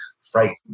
frightened